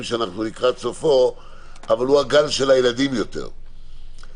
שאנחנו לקראת סופו הוא הגל של הילדים יותר,